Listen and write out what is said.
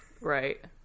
right